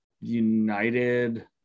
United